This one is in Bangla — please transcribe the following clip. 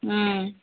হুম